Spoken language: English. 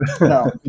no